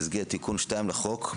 במסגרת תיקון 2 לחוק,